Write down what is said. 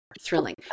Thrilling